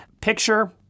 Picture